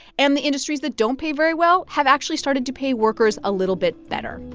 and the industries that don't pay very well have actually started to pay workers a little bit better.